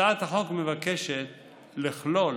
הצעת החוק מבקשת לכלול